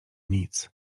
nic